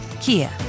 Kia